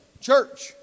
church